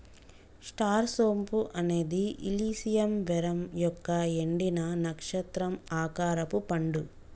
star సోంపు అనేది ఇలిసియం వెరమ్ యొక్క ఎండిన, నక్షత్రం ఆకారపు పండు